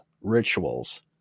rituals